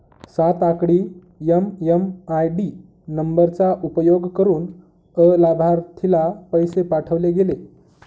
सात आकडी एम.एम.आय.डी नंबरचा उपयोग करुन अलाभार्थीला पैसे पाठवले गेले